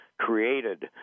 created